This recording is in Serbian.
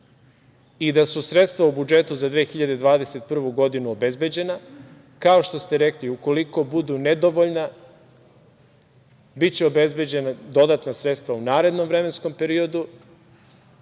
i da su sredstva u budžetu za 2021. godinu, obezbeđena, kao što ste rekli, ukoliko budu nedovoljna biće obezbeđena dodatna sredstva u narednom vremenskom periodu